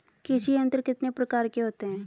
कृषि यंत्र कितने प्रकार के होते हैं?